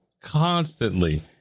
constantly